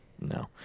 No